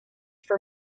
for